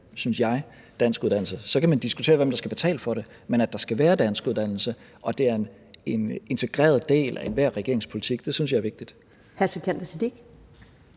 synes jeg, at have danskuddannelse. Så kan man diskutere, hvem der skal betale for det, men at der skal være danskuddannelse, og at det er en integreret del af enhver regerings politik, synes jeg er vigtigt.